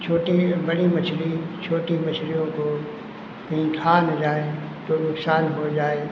छोटी बड़ी मछली छोटी मछलियों को कहीं खा न जाएँ तो नुकसान हो जाए